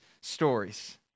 stories